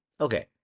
Okay